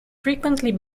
frequently